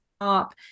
top